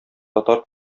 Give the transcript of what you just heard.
татар